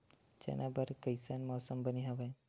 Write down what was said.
चना बर कइसन मौसम बने हवय?